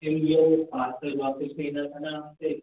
क्यों भैया वो पार्सल वापस लेना था न आपसे